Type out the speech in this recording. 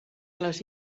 les